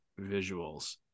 visuals